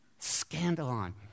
Scandalon